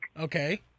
Okay